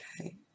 okay